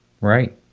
Right